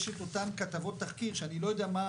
יש את אותן כתבות תחקיר - שאני לא יודע מה